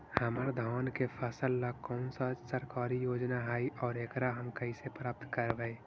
हमर धान के फ़सल ला कौन सा सरकारी योजना हई और एकरा हम कैसे प्राप्त करबई?